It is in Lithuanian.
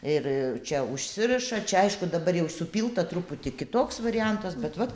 ir čia užsiriša čia aišku dabar jau supilta truputį kitoks variantas bet vat